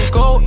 go